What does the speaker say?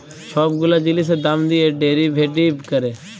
ছব গুলা জিলিসের দাম দিঁয়ে ডেরিভেটিভ ক্যরে